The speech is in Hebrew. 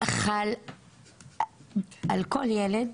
חל על כל ילד